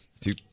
two